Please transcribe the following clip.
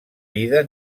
vida